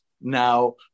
Now